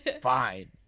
fine